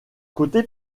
côté